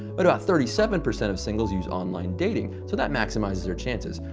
but about thirty seven percent of singles use online dating, so that maximizes her chances.